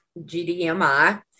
GDMI